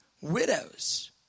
widows